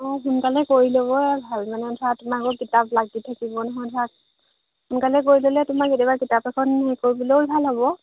অ সোনকালে কৰি ল'ব ভাল মানে ধৰা তোমাকো কিতাপ লাগি থাকিব নহয় ধৰা সোনকালে কৰি ল'লে তোমাৰ কেতিয়াবা কিতাপ এখন হেৰি কৰিবলৈও ভাল হ'ব